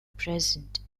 present